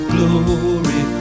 Glory